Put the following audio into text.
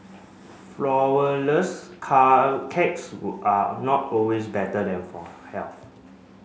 flourless car cakes were are not always better then for health